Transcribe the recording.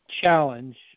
challenge